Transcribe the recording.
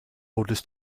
orders